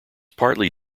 partly